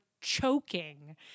choking